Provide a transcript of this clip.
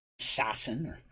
assassin